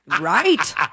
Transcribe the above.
Right